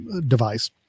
device